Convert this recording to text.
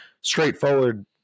straightforward